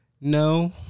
no